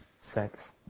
sex